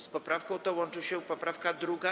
Z poprawką tą łączy się poprawka 2.